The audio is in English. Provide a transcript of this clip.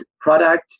product